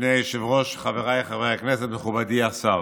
אדוני היושב-ראש, חבריי חברי הכנסת, מכובדי השר,